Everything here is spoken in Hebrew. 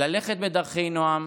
ללכת בדרכי נועם